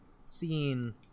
seeing